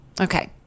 Okay